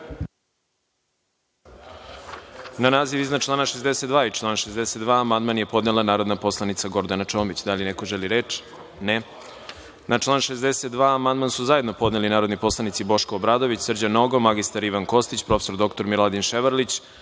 Na naziv iznad člana 62. i član 62. amandman je podnela narodna poslanica Gordana Čomić. Da li neko želi reč? (Ne.)Na član 62. amandman su zajedno podneli narodni poslanici Boško Obradović, Srđan Nogo, mr Ivan Kostić, prof. dr Miladin Ševarlić,